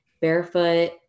barefoot